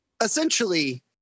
Essentially